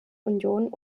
union